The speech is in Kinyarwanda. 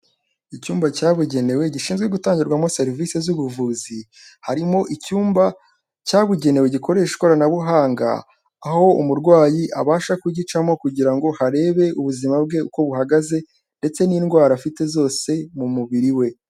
Icyumba cyabugenewe gishinzwe gutangirwamo serivisi z'ubuvuzi, harimo icyumba cyabugenewe gikoresha ikoranabuhanga, aho umurwayi abasha kugicamo kugira ngo arebe ubuzima bwe uko buhagaze ndetse n'indwara afite zose mu mubiri we.